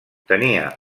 tenia